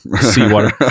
seawater